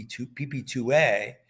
PP2A